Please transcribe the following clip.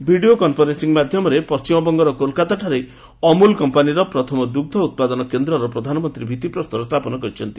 video conferencing ମାଧ୍ୟମରେ ପଣ୍ଟିମବଙ୍ଗର କୋଲ୍କାତାଠାରେ ଅମ୍ବଲ କମ୍ପାନୀର ପ୍ରଥମ ଦୁଗ୍ଧ ଉତ୍ପାଦନ କେନ୍ଦ୍ରର ପ୍ରଧାନମନ୍ତ୍ରୀ ଭିତ୍ତିପ୍ରସ୍ତର ସ୍ଥାପନ କରିଚ୍ଛନ୍ତି